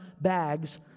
bags